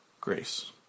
Grace